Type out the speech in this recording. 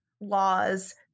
laws